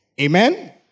Amen